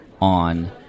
on